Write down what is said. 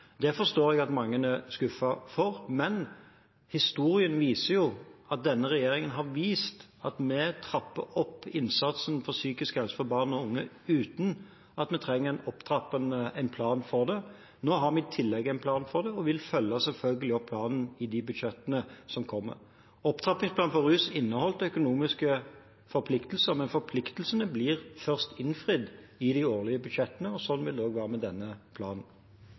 Det forstår jeg at mange er skuffet for, men historien viser at denne regjeringen trapper opp innsatsen for psykisk helse for barn og unge, uten at vi trenger en plan for det. Nå har vi i tillegg en plan for det og vil selvfølgelig følge opp planen i de budsjettene som kommer. Opptrappingsplanen for rus inneholdt økonomiske forpliktelser, men forpliktelsene blir først innfridd i de årlige budsjettene, og sånn vil det også være med denne planen.